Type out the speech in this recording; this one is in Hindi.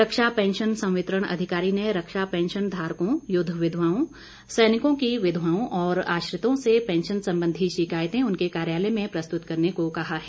रक्षा पैंशन संवितरण अधिकारी ने रक्षा पैंशन धारकों युद्ध विधवाओं सैनिकों की विधवाओं और आश्रितों से पैंशन संबंधी शिकायतें उनके कार्यालय में प्रस्तुत करने को कहा है